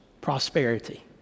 prosperity